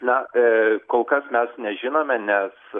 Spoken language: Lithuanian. na kol kas mes nežinome nes